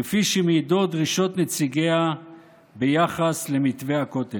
כפי שמעידות דרישות נציגיה ביחס למתווה הכותל.